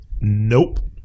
Nope